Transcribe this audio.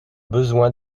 besoin